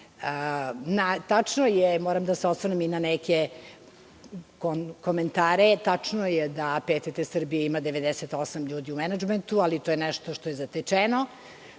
je, moram i da se osvrnem na neke komentare, tačno je da PTT Srbije ima osam ljudi u menadžmentu, ali to je nešto što je zatečeno,